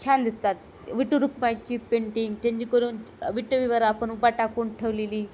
छान दिसतात विठू रखूमाईची पेंटिंग त्यांजकरून विटेवर आपण उभा टाकून ठेवलेली